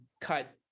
cut